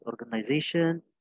organization